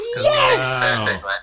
yes